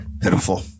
pitiful